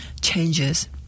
changes